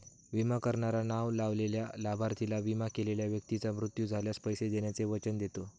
विमा करणारा नाव लावलेल्या लाभार्थीला, विमा केलेल्या व्यक्तीचा मृत्यू झाल्यास, पैसे देण्याचे वचन देतो